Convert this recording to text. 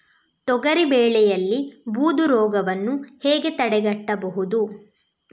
ತೊಗರಿ ಬೆಳೆಯಲ್ಲಿ ಬೂದು ರೋಗವನ್ನು ಹೇಗೆ ತಡೆಗಟ್ಟಬಹುದು?